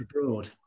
abroad